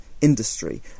industry